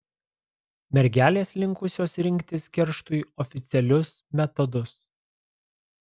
mergelės linkusios rinktis kerštui oficialius metodus